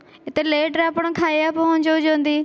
ଏତେ ଲେଟରେ ଆପଣ ଖାଇବା ପହଞ୍ଚାଉଛନ୍ତି